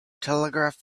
telegraph